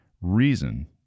Reason